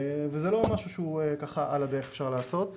וזה לא משהו שאפשר לעשות על הדרך.